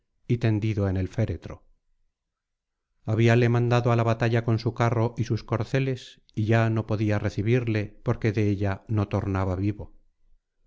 y tendido en el féretro habíale mandado á la batalla con su carro y sus corceles y ya no podía recibirle porque de ella no tornaba vivo